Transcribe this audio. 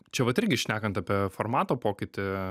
čia vat irgi šnekant apie formato pokytį